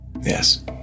Yes